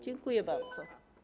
Dziękuję bardzo.